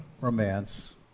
romance